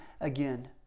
again